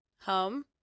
home